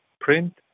print